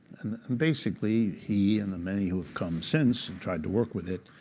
and basically, he and the many who have come since and tried to work with it